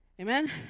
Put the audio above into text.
Amen